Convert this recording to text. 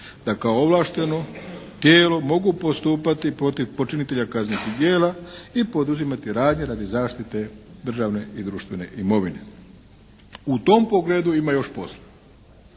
da kao ovlašteno tijelo mogu postupati protiv počinitelja kaznenih djela i poduzimati radnje radi zaštite državne i društvene imovine. U tom pogledu ima još posla.